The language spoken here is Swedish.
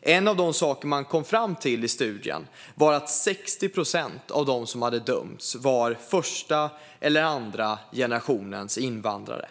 En av de saker man kom fram till i studien var att 60 procent av dem som hade dömts var första eller andra generationens invandrare.